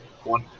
One